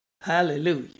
Hallelujah